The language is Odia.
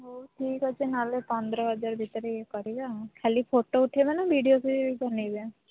ହଉ ଠିକ୍ ଅଛି ନହେଲେ ପନ୍ଦର ହଜାରେ ଭିତରେ କରିବା ଆଉ ଖାଲି ଫୋଟୋ ଉଠେଇବା ନା ଭିଡିଓ ବି ବନେଇବା